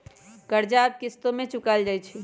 कर्जा अब किश्तो में चुकाएल जाई छई